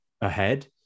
ahead